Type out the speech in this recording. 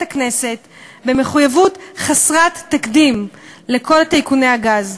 הכנסת במחויבות חסרת תקדים לכל טייקוני הגז.